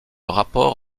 rapport